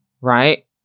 right